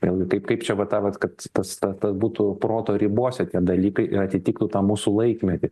vėlgi kaip kaip čia va tą vat kad tas ta būtų proto ribose tie dalykai ir atitiktų tą mūsų laikmetį